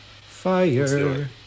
Fire